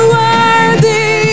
worthy